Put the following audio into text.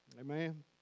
Amen